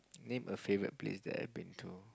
name a favourite place that I have been to